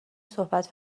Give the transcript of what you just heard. صحبت